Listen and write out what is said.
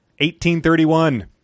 1831